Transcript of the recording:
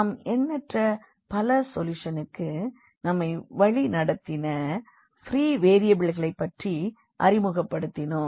நாம் எண்ணற்ற பல சொல்யூஷனிற்கு நம்மை வழிநடத்தின ப்ரீ வேறியபிளைப்பற்றி அறிமுகப்படுத்தினோம்